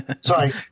Sorry